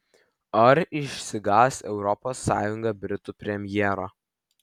ar išsigąs europos sąjunga britų premjero